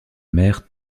mer